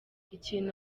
ikintu